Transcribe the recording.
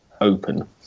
open